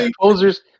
Poser's